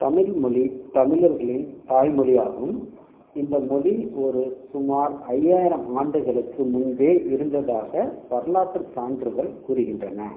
தமிழ்மொழி தமிழர்களின் தாய்மொழி ஆகும் இந்த மொழி ஒரு சுமார் ஐயாயிரம் ஆண்டுகளுக்கு முன்பே இருந்ததாக வரலாற்று சான்றுகள் கூறுகின்றன